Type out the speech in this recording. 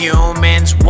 Humans